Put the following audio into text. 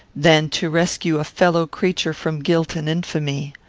than to rescue a fellow-creature from guilt and infamy.